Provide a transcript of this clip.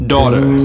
Daughter